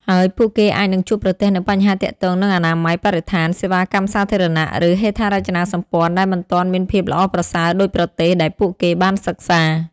ហើយពួកគេអាចនឹងជួបប្រទះនូវបញ្ហាទាក់ទងនឹងអនាម័យ បរិស្ថាន សេវាកម្មសាធារណៈ ឬហេដ្ឋារចនាសម្ព័ន្ធដែលមិនទាន់មានភាពល្អប្រសើរដូចប្រទេសដែលពួកគេបានសិក្សា។